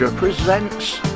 presents